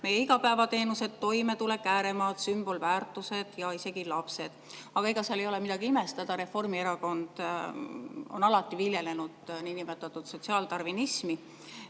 meie igapäevateenused, toimetulek, ääremaad, sümbolväärtused ja isegi lapsed. Aga seal ei ole midagi imestada, Reformierakond on alati viljelenud niinimetatud sotsiaaldarvinismi,